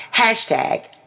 Hashtag